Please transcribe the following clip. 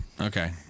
Okay